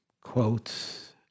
quotes